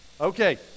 okay